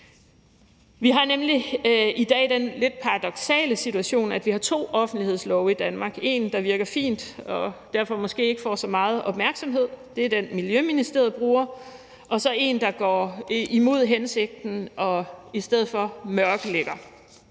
Vi har nemlig i dag den lidt paradoksale situation, at vi har to offentlighedslove i Danmark: Vi har en, der virker fint og måske derfor ikke får så meget opmærksomhed – det er den, Miljøministeriet bruger – og så har vi en, der går imod hensigten og i stedet for mørklægger.